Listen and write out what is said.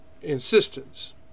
insistence